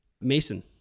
Mason